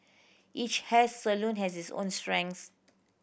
each hair salon has its own strengths